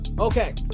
Okay